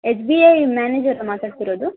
S B I ಮ್ಯಾನೇಜರಾ ಮಾತಾಡ್ತಿರೋದು